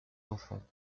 enfants